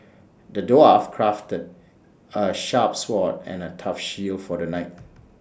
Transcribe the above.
the dwarf crafted A sharp sword and A tough shield for the knight